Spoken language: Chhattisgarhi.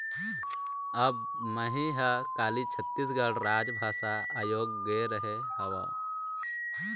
अब मही ह काली छत्तीसगढ़ राजभाषा आयोग गे रेहे हँव